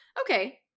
Okay